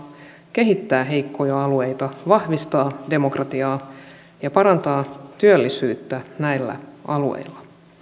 kehittää heikkoja alueita vahvistaa demokratiaa ja parantaa työllisyyttä näillä alueilla